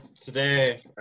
today